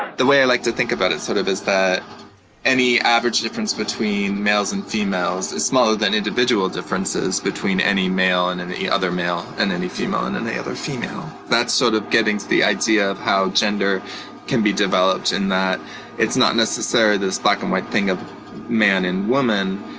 the way i like to think about it sort of is that any average difference between males and females is smaller than individual differences between any male and and any other male, and any female and any other female. that's sort of getting to the idea of how gender can be developed in that it's not necessarily this black and white thing of man and woman.